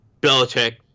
Belichick